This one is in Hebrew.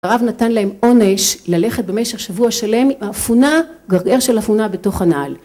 הרב נתן להם עונש ללכת במשך שבוע שלם עם אפונה, גרגר של אפונה בתוך הנעל